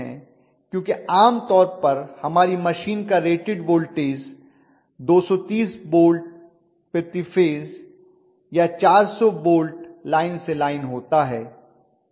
क्योंकि आमतौर पर हमारी मशीन का रेटेड वोल्टेज 230 वोल्ट प्रति फेज या 400 वोल्ट लाइन से लाइन होता है